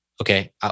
Okay